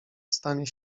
stanie